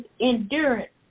endurance